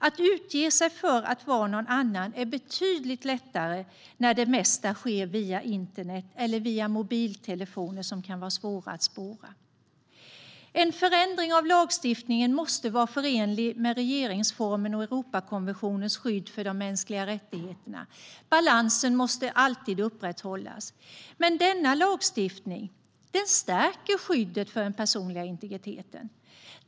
Att utge sig för att vara någon annan är betydligt lättare när det mesta sker via internet, kanske med hjälp av mobiltelefoner som kan vara svåra att spåra. En förändring i lagstiftningen måste vara förenlig med regeringsformen och Europakonventionens skydd för mänskliga rättigheter. Balansen måste alltid upprätthållas. Men denna lagstiftning stärker skyddet för den personliga integriteten.